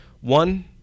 One